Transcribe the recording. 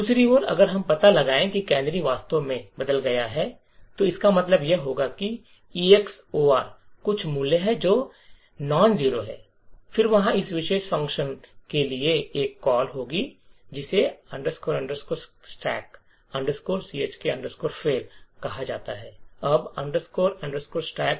दूसरी ओर अगर हम पता लगाए कि कैनरी वास्तव में बदल गया है तो इसका मतलब यह होगा कि एक्स ऑर कुछ मूल्य है जो गैर शूंय है और फिर वहां इस विशेष फंक्शन के लिए एक कॉल होगा जिसे stack chk fail कहा जाता है